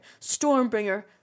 Stormbringer